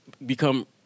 become